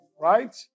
right